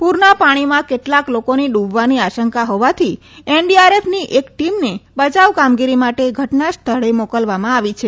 પૂરના પાણીમાં કેટલાક લોકોની ડૂબવાની આશંકા હોવાથી એનડીઆરએફની એક ટીમને બયાવ કામગીરી માટે ઘટનાસ્થળે મોકલવામાં આવી છે